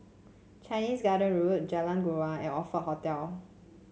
Chinese Garden Road Jalan Joran and Oxford Hotel